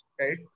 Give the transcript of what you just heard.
right